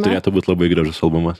turėtų būti labai gražus albumas